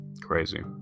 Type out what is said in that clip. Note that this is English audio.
crazy